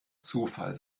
zufall